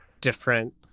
different